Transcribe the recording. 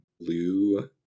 blue